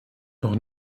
noch